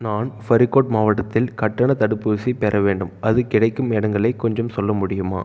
நான் ஃபரிக்கோட் மாவட்டத்தில் கட்டணத் தடுப்பூசி பெற வேண்டும் அது கிடைக்கும் இடங்களை கொஞ்சம் சொல்ல முடியுமா